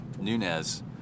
Nunez